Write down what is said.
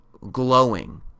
glowing